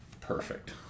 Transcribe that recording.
perfect